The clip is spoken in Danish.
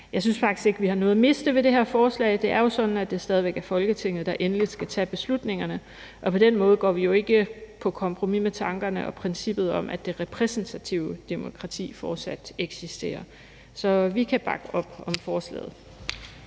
Jeg synes faktisk ikke, vi har noget at miste ved det her forslag; det er jo sådan, at det stadig væk er Folketinget, der endeligt skal tage beslutningerne, og på den måde går vi ikke på kompromis med tankerne og princippet om, at det repræsentative demokrati fortsat eksisterer. Så vi kan bakke op om forslaget.